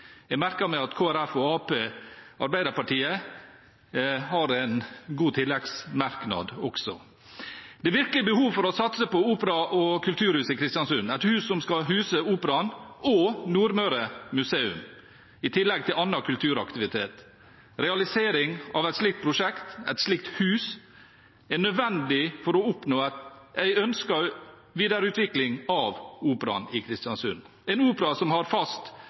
Jeg merker meg også at Kristelig Folkeparti og Arbeiderpartiet har en god tilleggsmerknad. Det er virkelig behov for å satse på opera- og kulturhus i Kristiansund, et hus som skal huse operaen og Nordmøre Museum, i tillegg til annen kulturaktivitet. Realisering av et slikt prosjekt – et slikt hus – er nødvendig for å oppnå en ønsket videreutvikling av operaen i Kristiansund, en opera som har fast